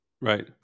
Right